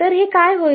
तर हे काय आहेत